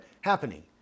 happening